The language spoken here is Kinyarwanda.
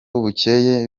bukeye